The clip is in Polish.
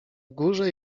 górze